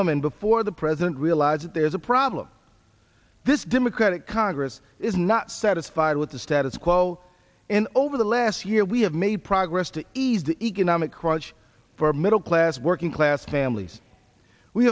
woman before the president realizes there's a problem this democratic congress is not satisfied with the status quo and over the last year we have made progress to ease the economic crunch for middle class working class families we